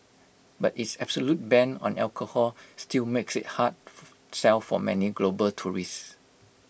but its absolute ban on alcohol still makes IT A hard sell for many global tourists